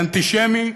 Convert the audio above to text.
והאנטישמי.